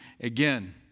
Again